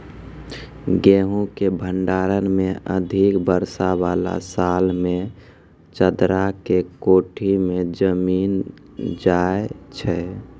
गेहूँ के भंडारण मे अधिक वर्षा वाला साल मे चदरा के कोठी मे जमीन जाय छैय?